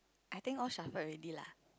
I think all shuffled already lah